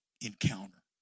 encounter